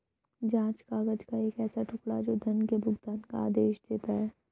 जाँच काग़ज़ का एक ऐसा टुकड़ा, जो धन के भुगतान का आदेश देता है